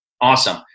Awesome